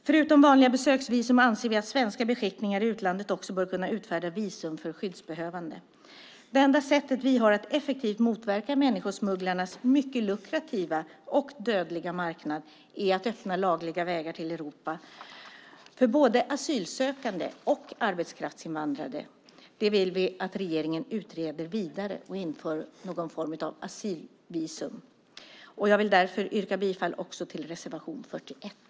Förutom vanliga besöksvisum anser vi att svenska beskickningar i utlandet också bör kunna utfärda visum för skyddsbehövande. Det enda sätt vi har att effektivt motverka människosmugglarnas mycket lukrativa och dödliga marknad är att öppna lagliga vägar till Europa för både asylsökande och arbetskraftsinvandrade. Vi vill att regeringen utreder detta vidare och inför någon form av asylvisum. Jag yrkar därför bifall också till reservation 41.